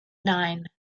nine